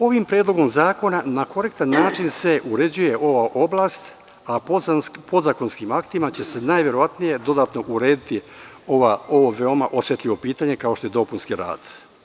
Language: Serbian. Ovim Predlogom zakona na korektan način se uređuje ova oblast, a podzakonskim aktima će se najverovatnije dodatno urediti ovo veoma osetljivo pitanje, kao što je dopunski rad.